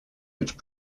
which